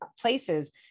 places